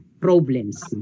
problems